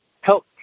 Help